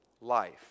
life